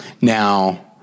Now